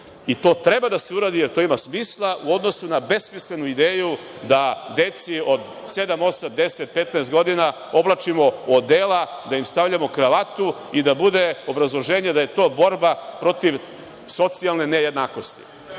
i to treba da se uradi, jer to ima smisla, u odnosu na besmislenu ideju da deci od 7, 8, 10,15 godina oblačimo odela, da im stavljamo kravatu i da bude obrazloženje da je to borba protiv socijalne nejednakosti. Socijalna